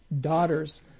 daughters